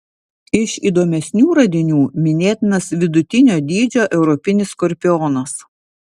iš įdomesnių radinių minėtinas vidutinio dydžio europinis skorpionas